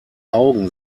augen